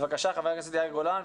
חבר הכנסת יאיר גולן,